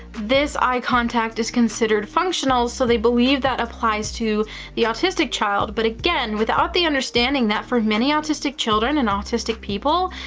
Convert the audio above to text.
this eye contact is considered functional, so they believe that applies to the autistic child. but, again, without the understanding that for many autistic autistic children and autistic people,